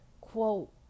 quote